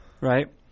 right